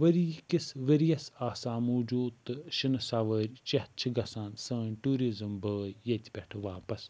ؤریہِ کِس ؤرۍ یَس آسان موٗجوٗد تہٕ شِنہٕ سَوٲرۍ چیٚتھ چھِ گَژھان سٲنۍ ٹیٛورِزٕم بھٲے ییٚتہِ پٮ۪ٹھ واپَس